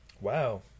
Wow